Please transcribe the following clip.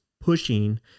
pushing